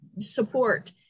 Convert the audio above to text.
support